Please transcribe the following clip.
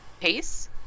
Pace